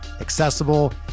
accessible